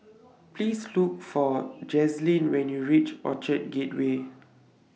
Please Look For Jazlyn when YOU REACH Orchard Gateway